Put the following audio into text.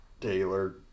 Taylor